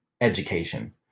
education